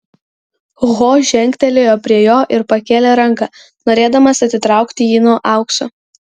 ho žengtelėjo prie jo ir pakėlė ranką norėdamas atitraukti jį nuo aukso